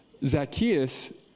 Zacchaeus